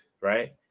right